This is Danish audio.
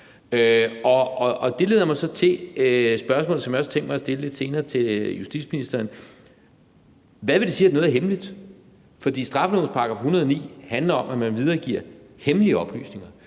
det leder mig så til spørgsmålet, som jeg også har tænkt mig at stille lidt senere til justitsministeren: Hvad vil det sige, at noget er hemmeligt? For straffelovens § 109 handler om, at man videregiver hemmelige oplysninger.